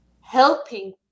helping